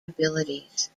abilities